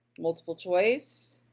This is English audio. multiple choice,